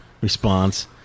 response